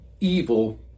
evil